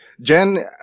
jen